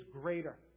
greater